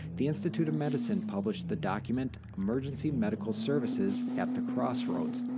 the institute of medicine published the document, emergency medical services at the crossroads.